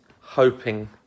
hoping